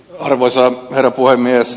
arvoisa herra puhemies